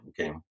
Okay